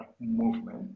movement